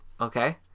Okay